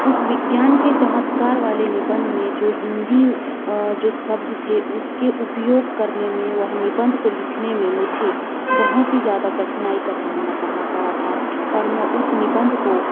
उस विज्ञान के चमत्कार वाले निबंध में जो हिंदी जो शब्द थे उसके उपयोग करने में वह निबंध को लिखने में मुझे बहुत ही ज़्यादा कठिनाई का सामना करना पड़ा था और मैं उस निबंध को